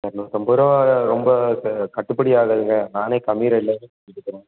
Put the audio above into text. இரநூத்தம்பதுருவா ரொம்ப கட்டுப்படி ஆகாதுங்க நானே கம்மி ரேட்டில் தான் செஞ்சுட்டுருக்கிறன்